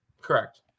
Correct